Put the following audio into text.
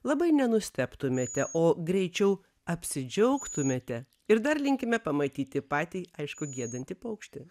labai nenustebtumėte o greičiau apsidžiaugtumėte ir dar linkime pamatyti patį aišku giedantį paukštį